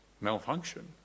malfunction